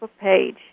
page